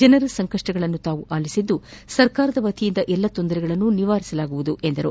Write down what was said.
ಜನರ ಸಂಕಷ್ಟಗಳನ್ನು ತಾವು ಆಲಿಸಿದ್ದು ಸರ್ಕಾರದ ವತಿಯಿಂದ ಎಲ್ಲಾ ತೊಂದರೆಗಳನ್ನು ನಿವಾರಿಸುವುದಾಗಿ ಹೇಳಿದರು